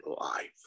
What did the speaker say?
life